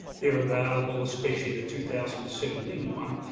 they're available, especially the two thousand and seventeen one,